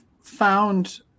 found